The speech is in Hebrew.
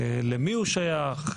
למי הוא שייך,